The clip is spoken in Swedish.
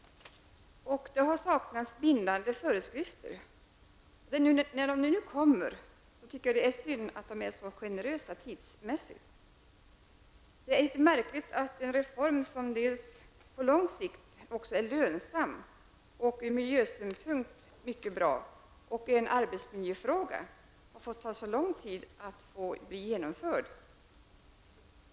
Det har saknats bindande föreskrifter. När de nu kommer tycker jag att det är synd att de är så generösa tidsmässigt. Det är märkligt att en reform som på lång sikt är lönsam, ur miljösynpunkt är mycket bra och dessutom är en arbetsmiljöfråga tar så lång tid att genomföra.